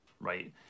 Right